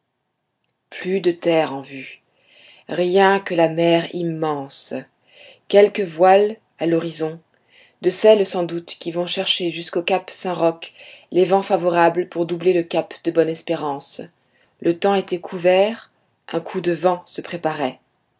plus de terres en vue rien que la mer immense quelques voiles à l'horizon de celles sans doute qui vont chercher jusqu'au cap san roque les vents favorables pour doubler le cap de bonne-espérance le temps était couvert un coup de vent se préparait